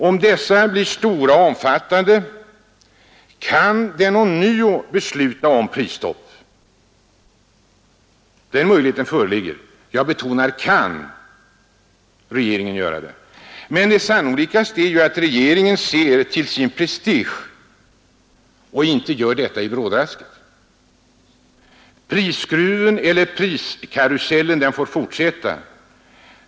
Om prisstegringarna blir stora och omfattande kan regeringen ånyo besluta om prisstopp — jag betonar kan. Men det sannolikaste är ju att regeringen ser till sin prestige och inte gör detta i brådrasket. Prisskruven eller priskarusellen får fortsätta.